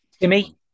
Timmy